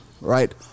right